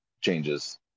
changes